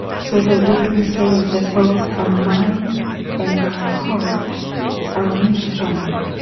so that we can say that both our mind and our heart are unified